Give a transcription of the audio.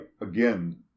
again